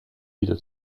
wieder